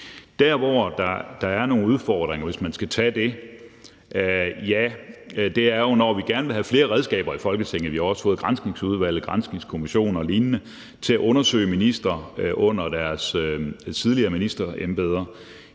Der, hvor der er nogle udfordringer – hvis vi skal tage det – er jo, hvor vi gerne vil have flere redskaber i Folketinget. Vi har fået Granskningsudvalget, en granskningskommission og lignende til at undersøge ministre under deres tidligere ministerembeder.